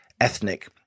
Ethnic